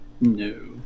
No